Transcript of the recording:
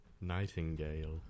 Nightingale